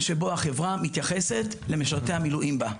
שבו החברה מתייחסת למשרתי המילואים בה.